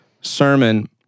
sermon